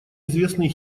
известный